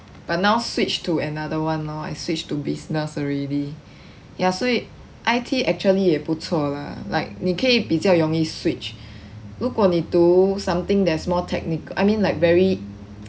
but now switch to another one lor I switch to business already ya 所以 I_T actually 也不错 lah like 你可以比较容易 switch 如果你读 something that's more techni~ I mean like very